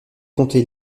conter